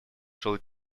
шел